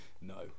No